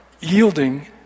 yielding